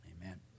amen